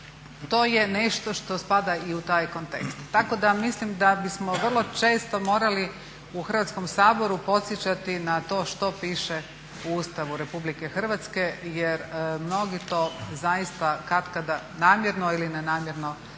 to je nešto što spada i u taj kontekst. Tako da mislim da bismo vrlo često morali u Hrvatskom saboru podsjećati na to što piše u Ustavu Republike Hrvatske jer mnogi to zaista katkada namjerno ili ne namjerno